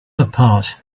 apart